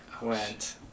went